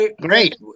Great